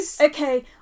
okay